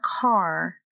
car